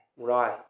right